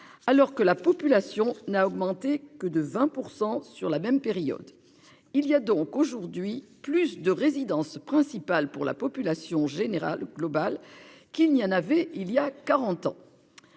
Alors que la population n'a augmenté que de 20% sur la même période. Il y a donc aujourd'hui plus de résidence principale pour la population générale globale qu'il n'y en avait il y a 40 ans.